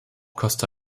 costa